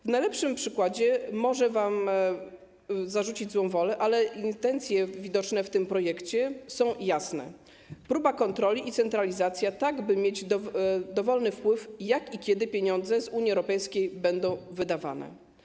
W najlepszym razie można wam zarzucić złą wolę, ale intencje widoczne w tym projekcie są jasne: próba kontroli i centralizacja, tak by mieć dowolny wpływ na to, jak i kiedy pieniądze z Unii Europejskiej będą wydawane.